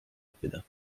õppida